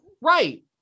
Right